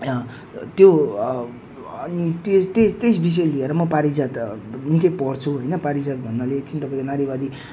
त्यो अनि त्यस त्यस त्यस विषय लिएर म पारिजात निकै पढ्छु होइन पारिजात भन्नाले चाहिँ तपाईँको नारीवादी